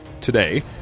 today